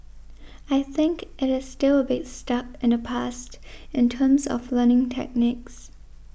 I think it is still a bit stuck in the past in terms of learning techniques